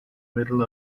middle